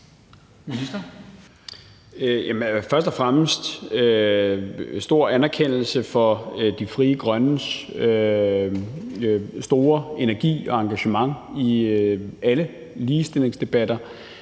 Først og fremmest: Stor anerkendelse for Frie Grønnes energi og store engagement i alle ligestillingsdebatter.